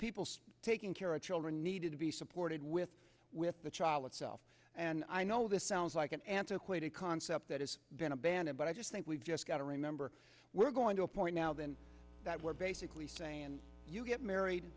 people taking care of children needed to be supported with with the child itself and i know this sounds like an antiquated concept that has been abandoned but i just think we've just got to remember we're going to a point now then that we're basically saying you get married